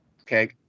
Okay